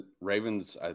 Ravens